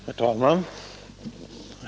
Herr talman!